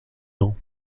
ans